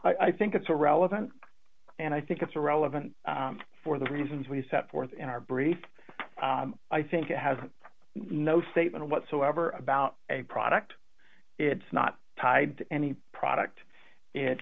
full i think it's a relevant and i think it's irrelevant for the reasons we set forth in our brief i think it has no statement whatsoever about a product it's not tied to any product it